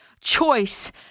choice